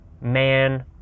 man